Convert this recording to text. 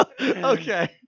Okay